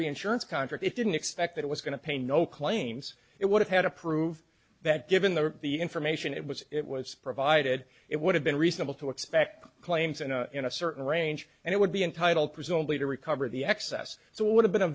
reinsurance contract it didn't expect that it was going to pay no claims it would have had to prove that given the information it was it was provided it would have been reasonable to expect claims in a certain range and it would be entitled presumably to recover the excess so would have been a